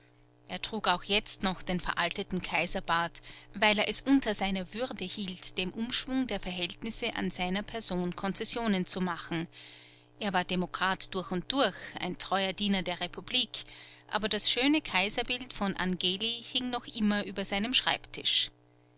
er trug auch jetzt noch den veralteten kaiserbart weil er es unter seiner würde hielt dem umschwung der verhältnisse an seiner person konzessionen zu machen er war demokrat durch und durch ein treuer diener der republik aber das schöne kaiserbild von angeli hing noch immer über seinem schreibtisch